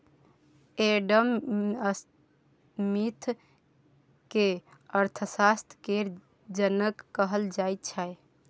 Adam Smith केँ अर्थशास्त्र केर जनक कहल जाइ छै